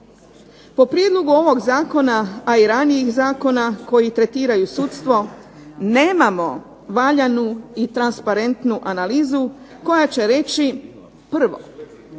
Po prijedlogu ovog zakona, a i ranijih zakona koji tretiraju sudstvo, nemamo valjanu i transparentnu analizu koja će reći prvo,